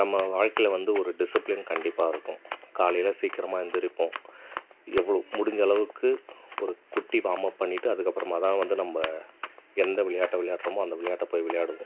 நம்ம வாழ்க்கையில் வந்து ஒரு டிசிப்ளின் கண்டிப்பாக இருக்கும் காலையில் சீக்கிரமாக எழுந்திருப்போம் எவ்வளோ முடிஞ்சளவுக்கு ஒரு குட்டி வாமப் பண்ணிவிட்டு அதுக்கு அப்புறமா தான் நம்ப எந்த விளையாட்டை விளையாடுகிறோமோ அந்த விளையாட்டை போய் விளையாடுவோம்